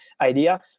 idea